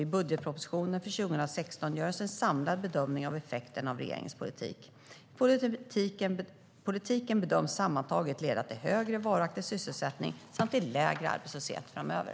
I budgetpropositionen för 2016 görs en samlad bedömning av effekterna av regeringens politik. Politiken bedöms sammantaget leda till högre varaktig sysselsättning samt till lägre arbetslöshet framöver.